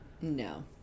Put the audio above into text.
no